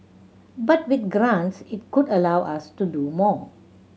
but with grants it could allow us to do more